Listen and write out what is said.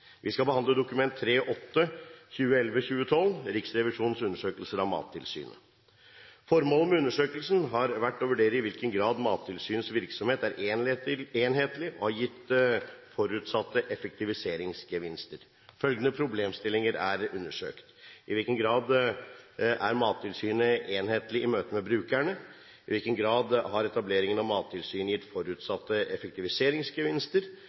Vi skal behandle Dokument 3:8 for 2011–2012, Riksrevisjonens undersøkelse av Mattilsynet. Formålet med undersøkelsen har vært å vurdere i hvilken grad Mattilsynets virksomhet er enhetlig og har gitt forutsatte effektiviseringsgevinster. Følgende problemstillinger er undersøkt: I hvilken grad er Mattilsynet enhetlig i møte med brukerne? I hvilken grad har etableringen av Mattilsynet gitt forutsatte effektiviseringsgevinster?